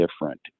different